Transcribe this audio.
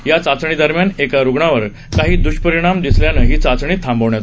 या चाचणी दरम्यान एका रुग्णावर काही दृष्परिणाम दिसल्यानं ही चाचणी थांबवण्यात आली होती